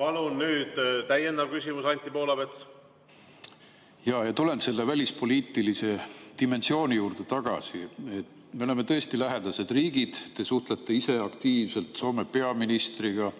Palun, nüüd täiendav küsimus, Anti Poolamets! Tulen selle välispoliitilise dimensiooni juurde tagasi. Me oleme tõesti lähedased riigid, te suhtlete ise aktiivselt Soome peaministriga.